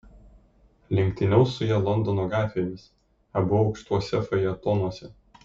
lenktyniaus su ja londono gatvėmis abu aukštuose fajetonuose